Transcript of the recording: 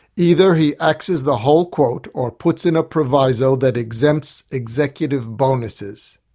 either he axes the whole quote or puts in a proviso that exempts executive bonuses.